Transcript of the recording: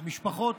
המשפחות,